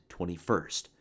21st